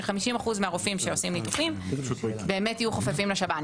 ש-50% מהרופאים שעושים ניתוחים באמת יהיו חופפים לשב"ן.